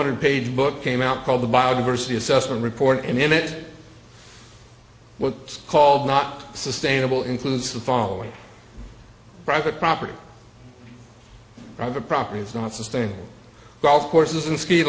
hundred page book came out called the biodiversity assessment report and in it what it's called not sustainable includes the following private property the property is not sustainable golf courses and ski